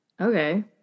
Okay